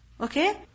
okay